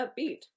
upbeat